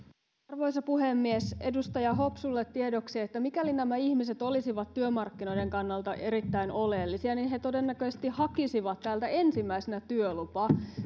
arvoisa puhemies edustaja hopsulle tiedoksi että mikäli nämä ihmiset olisivat työmarkkinoiden kannalta erittäin oleellisia niin he todennäköisesti hakisivat täältä ensimmäisenä työlupaa